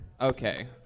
Okay